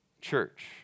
church